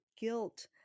guilt